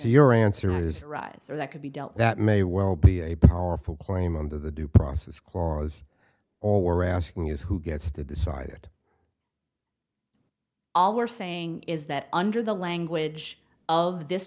your answer to this riser that could be dealt that may well be a powerful claim under the due process clause all we're asking is who gets to decide it all we're saying is that under the language of this